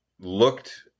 looked